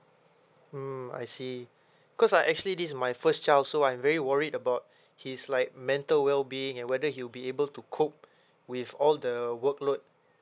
mm I see because uh actually this my first child so I'm very worried about his like mental well being and whether he'll be able to cope with all the workload